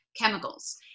chemicals